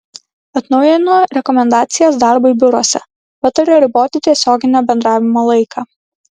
atnaujino rekomendacijas darbui biuruose pataria riboti tiesioginio bendravimo laiką